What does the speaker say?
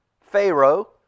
Pharaoh